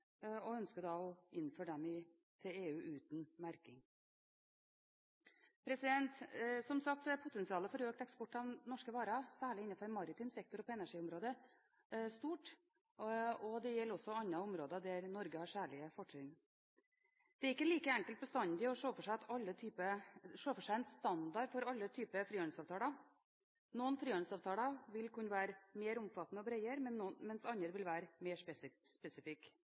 og ønsker å innføre dem til EU uten merking. Som sagt, potensialet for økt eksport av norske varer – særlig innenfor maritim sektor og på energiområdet – er stort. Det gjelder også på andre områder der Norge har særlige fortrinn. Det er ikke bestandig like enkelt å se for seg en standard for alle typer frihandelsavtaler. Noen frihandelsavtaler vil kunne være mer omfattende og bredere, mens andre vil være mer spesifikke.